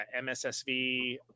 MSSV